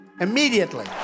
Immediately